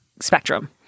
spectrum